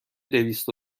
دویست